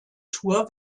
tour